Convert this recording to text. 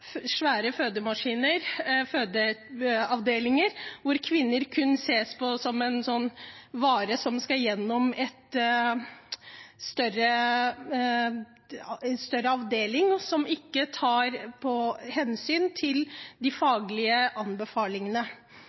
svære fødemaskiner, fødeavdelinger hvor kvinner kun ses på som en vare som skal gjennom en større avdeling, og hvor man ikke tar hensyn til de faglige anbefalingene.